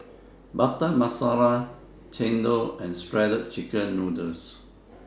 Butter Masala Chendol and Shredded Chicken Noodles